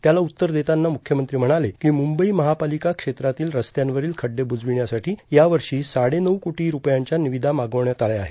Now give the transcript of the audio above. त्याला उत्तर देताना मुख्यमंत्री म्हणाले की मुंबई महापालिका क्षेत्रातील रस्त्यांवरील खड्डे बुजविण्यासाठी यावर्षी साडेनऊ कोटी रूपयांच्या निविदा मागवण्यात आल्या आहेत